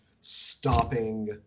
stopping